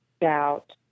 doubt